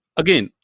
again